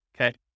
okay